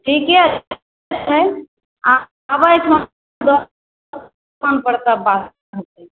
ठीके छै आ आबै छौ दो दोकान पर तब बात होतै